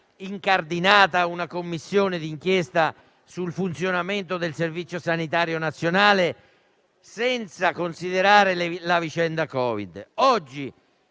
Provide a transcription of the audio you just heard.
istituita una Commissione di inchiesta sul funzionamento del Servizio sanitario nazionale, senza considerare la vicenda Covid-19.